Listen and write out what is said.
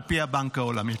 על פי הבנק העולמי.